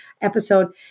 episode